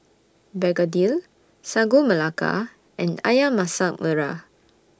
Begedil Sagu Melaka and Ayam Masak Merah